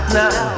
now